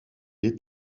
est